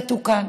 ואכן, זה תוקן,